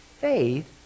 faith